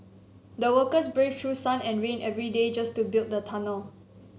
the workers braved through sun and rain every day just to build the tunnel